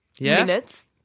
Minutes